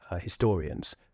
historians